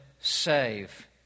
save